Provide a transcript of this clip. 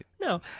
No